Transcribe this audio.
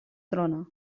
trona